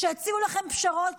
שיציעו לכם פשרות,